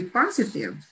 positive